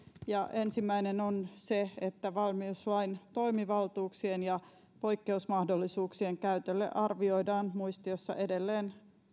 esiin ensimmäinen on se että valmiuslain toimivaltuuksien ja poikkeusmahdollisuuksien käytölle arvioidaan muistioissa edelleen